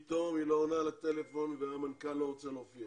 פתאום היא לא עונה לטלפון והמנכ"ל לא רוצה להופיע.